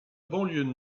banlieue